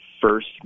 first